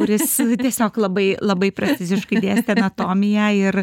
kuris tiesiog labai labai preciziškai dėstė anatomiją ir